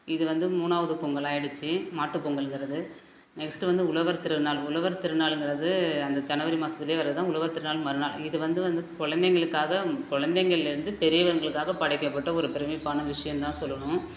இது வந்து மூணாவது பொங்கலாக ஆயிடுச்சு மாட்டு பொங்கல்ங்கிறது நெக்ஸ்டு வந்து உழவர் திருநாள் உழவர் திருநாளுங்கிறது அந்த ஜனவரி மாதத்துலையே வர்றது தான் உழவர் திருநாள் மறுநாள் இது வந்து வந்து கொழந்தைங்களுக்காக கொழந்தைங்கலேந்து பெரியவங்களுக்காக படைக்கப்பட்ட ஒரு பிரமிப்பான விஷயம் தான் சொல்லணும்